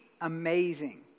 amazing